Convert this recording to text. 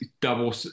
double